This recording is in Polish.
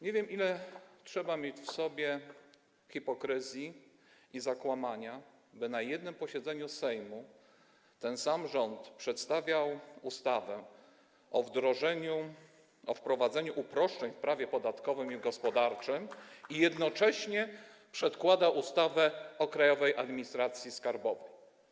Nie wiem, ile trzeba mieć w sobie hipokryzji i zakłamania, by na jednym posiedzeniu Sejmu ten sam rząd przedstawiał ustawę o wprowadzeniu uproszczeń w prawie podatkowym i gospodarczym i jednocześnie przedkładał ustawę o Krajowej Administracji Skarbowej.